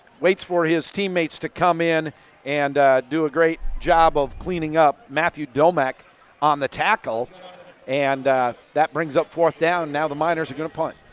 waits for his teammates to come in and do a great job of cleaning up. matthew domek on the tackle and that brings up fourth down. now, the miners are going to punt.